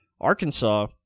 Arkansas